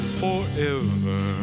forever